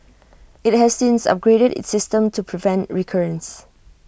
IT has since upgraded its system to prevent recurrence